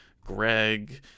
greg